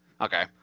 okay